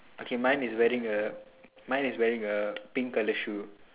okay mine is wearing a mine is wearing a pink colour shoe